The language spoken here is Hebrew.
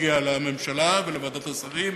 הגיעה לממשלה ולוועדת השרים,